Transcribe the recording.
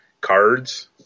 cards